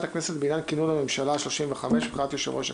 הכנסת בעניין כינון הממשלה ה-35 ובחירת יושב-ראש,